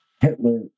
Hitler